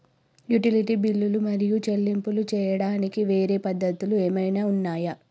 Utility బిల్లులు మరియు చెల్లింపులు చేయడానికి వేరే పద్ధతులు ఏమైనా ఉన్నాయా?